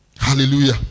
hallelujah